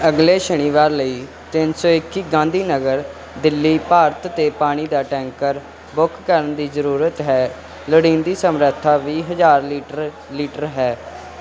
ਅਗਲੇ ਸ਼ਨੀਵਾਰ ਲਈ ਤਿੰਨ ਸੌ ਇੱਕੀ ਗਾਂਧੀ ਨਗਰ ਦਿੱਲੀ ਭਾਰਤ 'ਤੇ ਪਾਣੀ ਦਾ ਟੈਂਕਰ ਬੁੱਕ ਕਰਨ ਦੀ ਜ਼ਰੂਰਤ ਹੈ ਲੋੜੀਂਦੀ ਸਮਰੱਥਾ ਵੀਹ ਹਜ਼ਾਰ ਲੀਟਰ ਲੀਟਰ ਹੈ